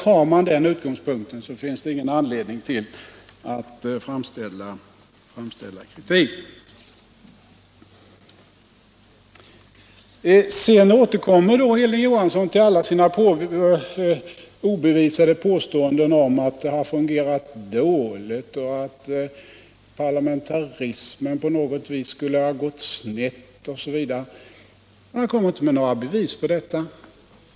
Har man den utgångspunkten finns det ingen anledning att framföra kritik. Sedan återkommer Hilding Johansson till alla sina obestyrkta påståenden om att det har fungerat dåligt, att parlamentarismen på något vis skulle ha gått snett osv., men han kommer inte med några bevis för detta.